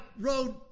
road